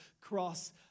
cross